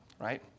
Right